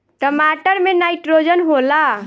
टमाटर मे नाइट्रोजन होला?